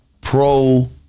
Pro